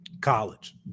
college